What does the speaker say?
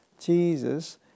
Jesus